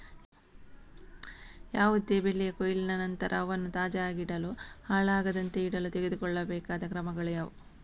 ಯಾವುದೇ ಬೆಳೆಯ ಕೊಯ್ಲಿನ ನಂತರ ಅವನ್ನು ತಾಜಾ ಆಗಿಡಲು, ಹಾಳಾಗದಂತೆ ಇಡಲು ತೆಗೆದುಕೊಳ್ಳಬೇಕಾದ ಕ್ರಮಗಳು ಯಾವುವು?